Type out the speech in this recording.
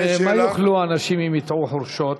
ומה יאכלו האנשים אם ייטעו חורשות?